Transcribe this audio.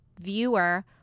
viewer